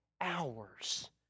hours